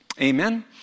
Amen